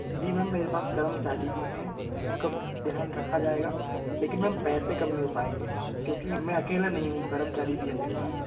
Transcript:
जी ma'am मेरे पास कर्मचारी भी हैं उन का ध्यान रखा जाएगा लेकिन मैम पैसे कम नहीं हो पाएँगे क्योंकि मैं अकेला नहीं हूँ कर्मचारी भी हैं मेरे साथ